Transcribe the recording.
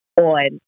on